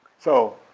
so,